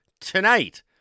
tonight